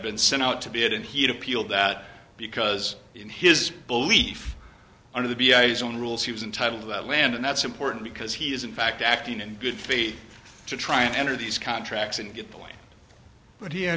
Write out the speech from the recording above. been sent out to be had and he had appealed that because in his belief under the b i's own rules he was entitled to that land and that's important because he is in fact acting in good faith to try and enter these contracts in good point but he